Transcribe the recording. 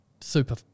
super